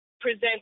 present